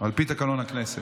על פי תקנון הכנסת.